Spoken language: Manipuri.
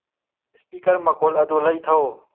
ꯁ꯭ꯄꯤꯀꯔ ꯃꯈꯣꯜ ꯑꯗꯨ ꯂꯩꯊꯧ